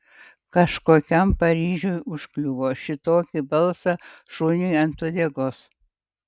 kažkokiam paryžiui užkliuvo šitokį balsą šuniui ant uodegos